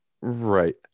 Right